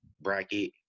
bracket